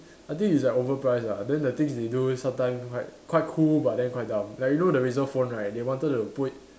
I think it's like overpriced lah then the things they do is like quite cool but then quite dumb like you know the Razor phone right they wanted to put